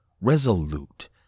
resolute